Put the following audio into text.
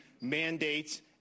mandates